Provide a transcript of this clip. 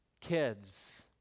kids